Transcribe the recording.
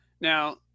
Now